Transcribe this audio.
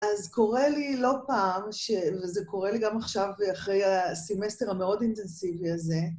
אז קורה לי לא פעם, וזה קורה לי גם עכשיו ואחרי הסמסטר המאוד אינטנסיבי הזה,